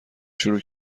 شروع